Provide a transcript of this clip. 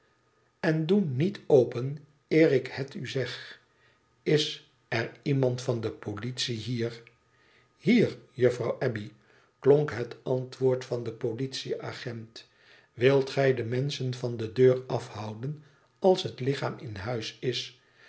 en doe niet open eer ik het u zeg is er iemand van de politie hier hier juffrouw abbey klonk het antwoord van den politie-agent wilt gij de menschen van de deur afhouden als het lichaam in huis is